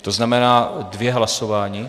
To znamená dvě hlasování.